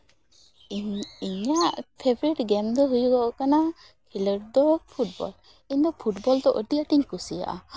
ᱤᱧᱟᱜ favourite game ᱫᱚ ᱦᱩᱭᱩᱜᱚᱜ ᱠᱟᱱᱟ ᱠᱷᱮᱠᱳᱰ ᱫᱚ ᱯᱷᱩᱴᱵᱚᱞ ᱤᱧᱫᱚ ᱯᱷᱩᱴᱵᱚᱞ ᱫᱚ ᱟᱹᱰᱤ ᱟᱸᱴᱤᱧ ᱠᱩᱥᱤᱭᱟᱜᱼᱟ